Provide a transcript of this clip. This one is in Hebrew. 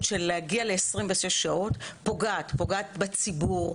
של להגיע ל-26 שעות פוגעים פוגעים בציבור,